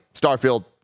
Starfield